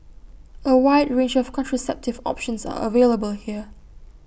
A wide range of contraceptive options are available here